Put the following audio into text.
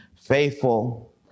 faithful